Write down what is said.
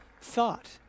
thought